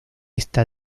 esta